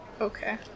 Okay